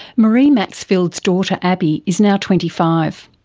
maree maxfield's daughter abbie is now twenty five.